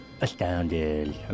Astounded